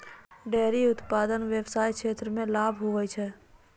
dairy उप्तादन व्याबसाय क्षेत्र मे लाभ हुवै छै